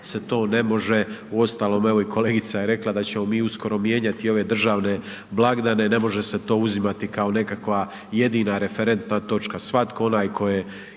se to ne može. Uostalom evo i kolegica je rekla da ćemo mi uskoro mijenjati ove državne blagdane. Ne može se to uzimati kao nekakva jedina referentna točka. Svatko onaj tko je